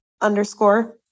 underscore